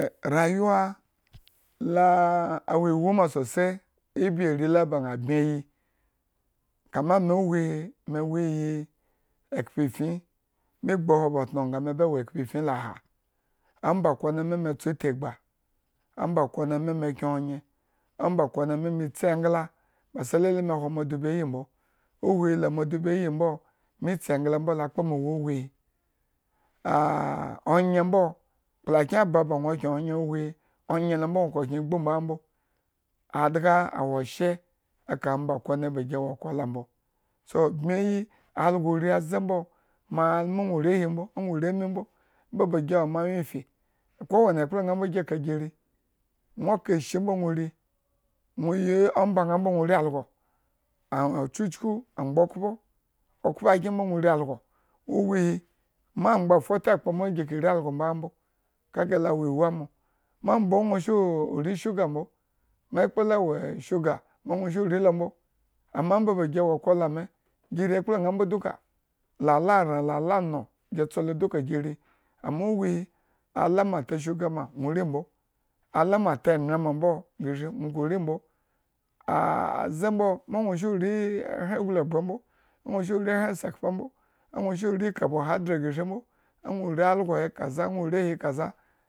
Rayuwa la a ah wo ewu ma ososai ibi are la ba ña bmi, kama ame uwuhi are wo iyi ekhpefin laha, amba konemi, me tsotigba, omba konemi me kye onyre, omba konemi metsi engla, ba sai lele me hwo madubi ayi mbo, uhwi la madubi ai mbo, me tsi englambo lakpo me ewu uhwi, ahh ongre mbo kplakyen aba ba nwo kyen ongre uhwi, ongrelo mbo nwo ka kyen gbu mbo nga mbo, adga awo oshye eka omba kone ba gi wo akola mbo, so, bmyeyi, alagore aze mbo omba ba gi wo moanwyefifi kowene ekpla ñaa gi ka gi ri, nwo ka ishi mbo nwo ri, nwo yi ombañaa mbo nwo ri algo ah chuchku angba okhpo, okhpokyen mbo nwo ri algo uwihi ma angba fote kpo gi ke ri algo mbo gambo kaga la wo ewu amoi ma mbo nwo sa ri shuga mbo ma ekpla la wo shuga, ma nwo shru ri lombo amma amba ba gi wo kola gi ekplañaa mbo duka, lalaran, lala noo, gi tso duka gi ri amma uwuhi ala me ka shuga manwo ri mbo ala mota engrema mbo agreshri nwo ku ri mbo, ahh aze mbo ma shra ri ehren aglubro mbo, nwo shro ri ehren sekhpa mbo a nwo shro ri carbohydrate greshri, anwo ri algo he kaza, anwo ri ahe kaza